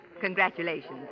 Congratulations